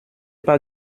pas